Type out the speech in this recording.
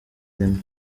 ireme